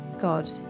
God